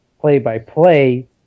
play-by-play